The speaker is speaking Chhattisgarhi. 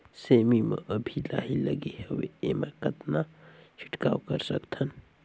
सेमी म अभी लाही लगे हवे एमा कतना छिड़काव कर सकथन?